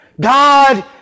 God